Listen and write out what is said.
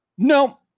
No